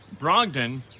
Brogdon